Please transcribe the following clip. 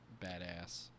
badass